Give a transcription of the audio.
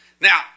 Now